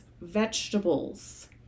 vegetables